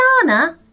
banana